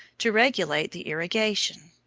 to regulate the irrigation.